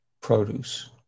produce